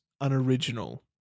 unoriginal